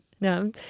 No